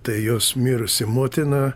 tai jos mirusi motina